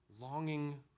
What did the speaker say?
longing